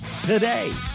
today